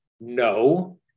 No